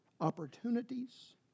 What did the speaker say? opportunities